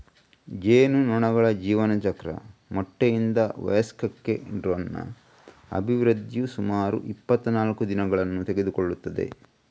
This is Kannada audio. ಜೇನುನೊಣಗಳ ಜೀವನಚಕ್ರ ಮೊಟ್ಟೆಯಿಂದ ವಯಸ್ಕಕ್ಕೆ ಡ್ರೋನ್ನ ಅಭಿವೃದ್ಧಿಯು ಸುಮಾರು ಇಪ್ಪತ್ತನಾಲ್ಕು ದಿನಗಳನ್ನು ತೆಗೆದುಕೊಳ್ಳುತ್ತದೆ